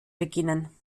beginnen